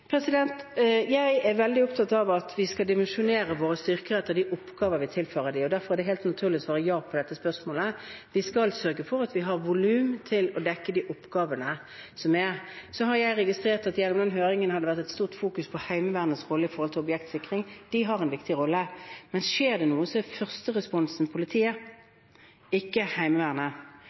Jeg er veldig opptatt av at vi skal dimensjonere våre styrker etter de oppgaver vi tilfører dem. Derfor er det helt naturlig å svare ja på dette spørsmålet. Vi skal sørge for at vi har volum til å dekke de oppgavene som er. Så har jeg registrert at det gjennom høringen har vært et stort fokus på Heimevernets rolle med hensyn til objektsikring, de har en viktig rolle. Men skjer det noe, er førsteresponsen politiet, ikke Heimevernet.